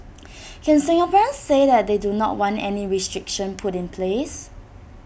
can Singaporeans say that they do not want any restriction put in place